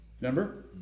Remember